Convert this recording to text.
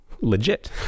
legit